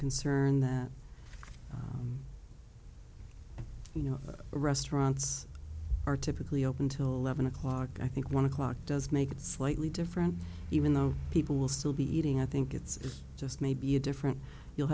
concerned that you know restaurants are typically open till o'clock i think one o'clock does make it slightly different even though people will still be eating i think it's just maybe a different you'll